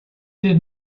did